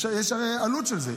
יש עלות לזה,